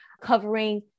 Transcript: covering